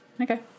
Okay